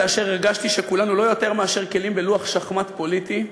כאשר הרגשתי שכולנו לא יותר מכלים בלוח שחמט פוליטי,